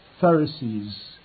Pharisees